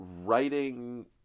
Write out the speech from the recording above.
writing